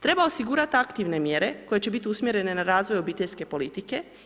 Treba osigurati aktivne mjere koje će biti usmjerene na razvoj obiteljske politike.